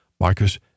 Marcus